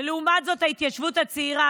ולעומת זאת ההתיישבות הצעירה,